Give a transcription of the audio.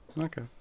okay